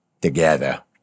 together